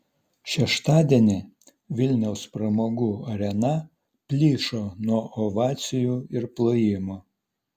šeštadienį vilniaus pramogų arena plyšo nuo ovacijų ir plojimų